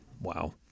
wow